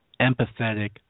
Empathetic